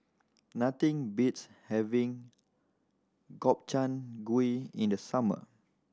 nothing beats having Gobchang Gui in the summer